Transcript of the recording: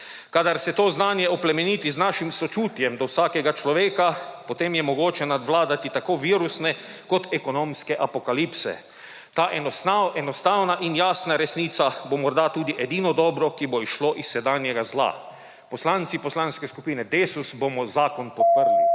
Kadar se to znanje oplemeniti z našim sočutjem do vsakega človeka, potem je mogoče nadvladati tako virusne kot ekonomske apokalipse. Ta enostavna in jasna resnica bo edino dobro, ki bo izšlo iz sedanjega zla. Poslanci Poslanske skupine Desus bomo zakon podprli.